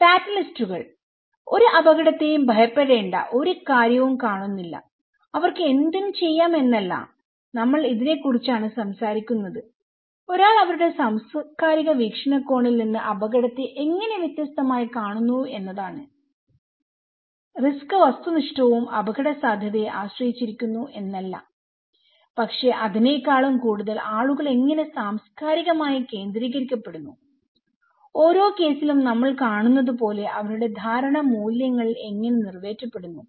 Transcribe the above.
ഫാറ്റലിസ്റ്റുകൾ ഒരു അപകടത്തെയും ഭയപ്പെടേണ്ട ഒരു കാര്യവും കാണുന്നില്ല അവർക്ക് എന്തും ചെയ്യാം എന്നല്ല നമ്മൾ ഇതിനെക്കുറിച്ചാണ് സംസാരിക്കുന്നത് ഒരാൾ അവരുടെ സാംസ്കാരിക വീക്ഷണകോണിൽ നിന്ന് അപകടത്തെ എങ്ങനെ വ്യത്യസ്തമായി കാണുന്നു എന്നതാണ് റിസ്ക് വസ്തുനിഷ്ഠവും അപകടസാധ്യതയെ ആശ്രയിച്ചിരിക്കുന്നു എന്നല്ല പക്ഷെ അതിനേക്കാളും കൂടുതൽ ആളുകൾ എങ്ങനെ സാംസ്കാരികമായി കേന്ദ്രീകരിക്കപ്പെടുന്നുഓരോ കേസിലും നമ്മൾ കാണുന്നത് പോലെ അവരുടെ ധാരണ മൂല്യങ്ങൾ എങ്ങനെ നിറവേറ്റപ്പെടുന്നു